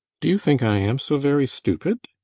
do you think i am so very stupid?